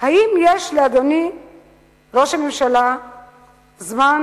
האם יש לאדוני ראש הממשלה זמן